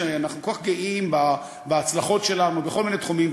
כשאנחנו כל כך גאים בהצלחות שלנו בכל מיני תחומים,